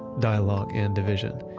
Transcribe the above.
dialogue, and division.